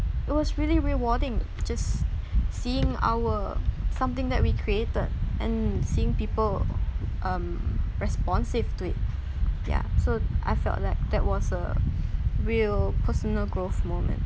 it was really rewarding just seeing our something that we created and seeing people um responsive to ya it there so I felt like that was a real personal growth moment